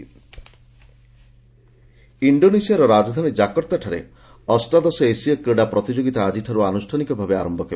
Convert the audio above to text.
Asian Games ଇଣ୍ଡୋନେସିଆର ରାଜଧାନୀ ଜାକର୍ତ୍ତାଠାରେ ଅଷ୍ଟାଦଶ ଏସୀୟ କ୍ରୀଡ଼ା ପ୍ରତିଯୋଗିତା ଆଜିଠାରୁ ଆନୁଷ୍ଠାନିକ ଭାବେ ଆରୟ ହେବ